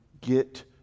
get